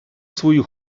свою